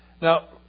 Now